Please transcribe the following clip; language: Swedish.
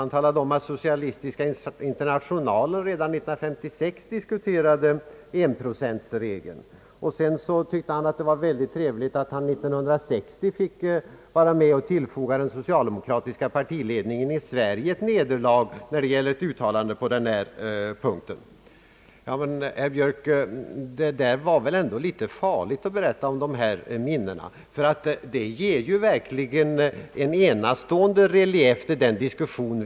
Han sade att socialistiska internationalen redan 1956 diskuterade = 1-procentregeln. Vidare tyckte han att det var väldigt trevligt att han 1960 fick vara med och tillfoga den socialdemokratiska partiledningen i Sverige ett nederlag då det gällde ett uttalande på denna punkt. Men det var väl ändå litet farligt, herr Björk, att berätta sådana minnen — det ger ju verkligen en enastående relief åt dagens diskussion.